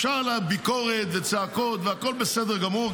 אפשר ביקורת וצעקות והכול בסדר גמור.